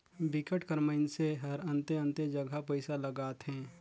बिकट कर मइनसे हरअन्ते अन्ते जगहा पइसा लगाथे